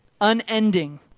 Unending